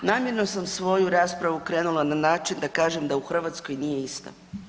Namjerno sam svoju raspravu krenula na način da kažem da u Hrvatskoj nije ista.